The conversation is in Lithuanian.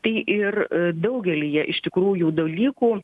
tai ir daugelyje iš tikrųjų dalykų